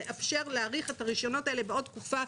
לאפשר להאריך את הרישיונות האלה בעוד תקופה,